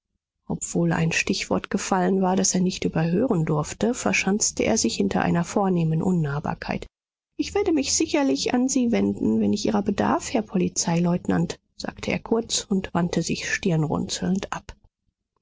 obwohl ein stichwort gefallen war das er nicht überhören durfte verschanzte er sich hinter einer vornehmen unnahbarkeit ich werde mich sicherlich an sie wenden wenn ich ihrer bedarf herr polizeileutnant sagte er kurz und wandte sich stirnrunzelnd ab